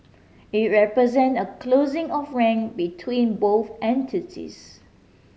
it represent a closing of rank between both entities